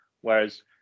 Whereas